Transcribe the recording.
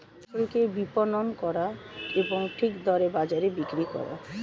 ফসলকে বিপণন করা এবং ঠিক দরে বাজারে বিক্রি করা